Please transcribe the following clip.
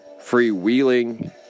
free-wheeling